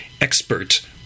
Expert